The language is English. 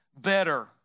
better